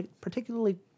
particularly